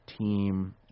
team